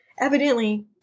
Evidently